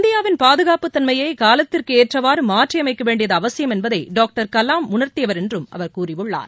இந்தியாவின் பாதுகாப்புத் தன்மையை காலத்திற்கு ஏற்றவாறு மாற்றியமைக்க வேண்டியது அவசியம் என்பதை டாக்டர் கலாம் உணர்த்தியவர் என்றும் அவர் கூறியுள்ளார்